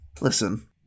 Listen